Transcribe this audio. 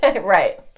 Right